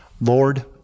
Lord